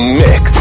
mix